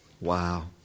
Wow